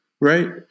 Right